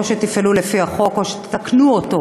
או שתפעלו לפי החוק או שתתקנו אותו,